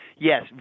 Yes